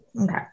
Okay